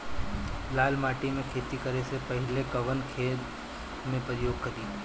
लाल माटी में खेती करे से पहिले कवन खाद के उपयोग करीं?